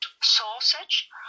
sausage